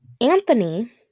Anthony